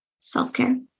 Self-care